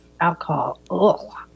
alcohol